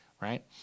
right